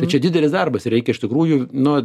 tai čia didelis darbas ir reikia iš tikrųjų nu